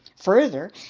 Further